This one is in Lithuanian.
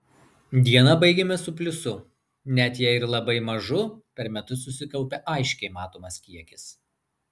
dieną baigiame su pliusu net jei ir labai mažu per metus susikaupia aiškiai matomas kiekis